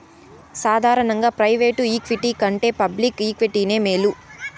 సాదారనంగా private equity కంటే public ఈక్విటీనే మేలు